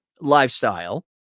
lifestyle